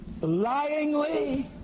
lyingly